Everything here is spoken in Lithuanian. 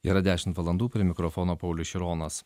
yra dešimt valandų prie mikrofono paulius šironas